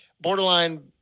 borderline